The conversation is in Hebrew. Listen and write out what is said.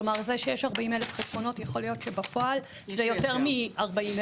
כלומר שיש כ-40,000 חשבונות זה יכול להיות שיש שבפועל זה יותר מ-40,000.